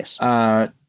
Yes